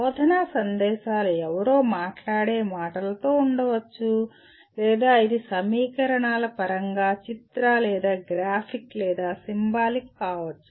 బోధనా సందేశాలు ఎవరో మాట్లాడే మాటలతో ఉండవచ్చు లేదా ఇది సమీకరణాల పరంగా చిత్ర లేదా గ్రాఫిక్ లేదా సింబాలిక్ కావచ్చు